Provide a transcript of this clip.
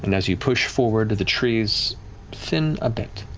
and as you push forward, the trees thin a bit,